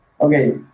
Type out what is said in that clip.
Okay